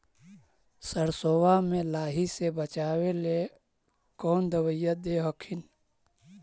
सरसोबा मे लाहि से बाचबे ले कौन दबइया दे हखिन?